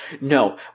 no